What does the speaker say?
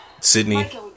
Sydney